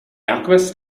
alchemist